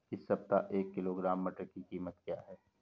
इस सप्ताह एक किलोग्राम मटर की कीमत क्या है?